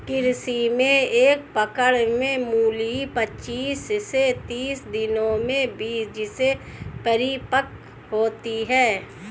कृषि में एक पकड़ में मूली पचीस से तीस दिनों में बीज से परिपक्व होती है